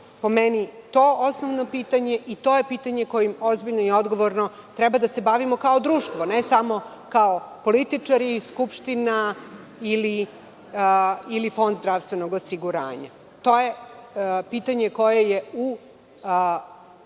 po meni to osnovno pitanje i to je pitanje kojim ozbiljno i odgovorno treba da se bavimo kao društvo, ne samo kao političari, Skupština ili Fond zdravstvenog osiguranja. To je pitanje koje je u